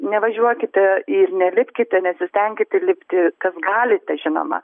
nevažiuokite ir nelipkite nesistenkite lipti kas galite žinoma